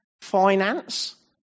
finance